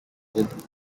with